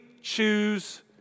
choose